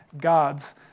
God's